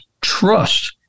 Trust